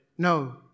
No